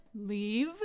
Leave